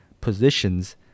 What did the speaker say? positions